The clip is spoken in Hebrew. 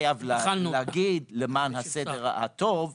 למען הסדר הטוב אומר,